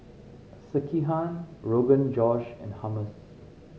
Sekihan Rogan Josh and Hummus